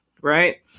right